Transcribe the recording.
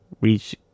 reach